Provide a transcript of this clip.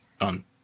on